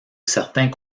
certains